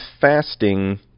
fasting